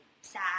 sad